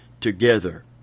together